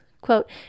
quote